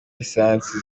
lisansi